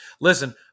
listen